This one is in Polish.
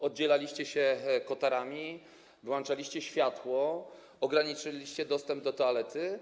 Oddzielaliście się kotarami, wyłączaliście światło, ograniczaliście dostęp do toalety.